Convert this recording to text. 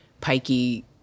pikey